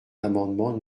l’amendement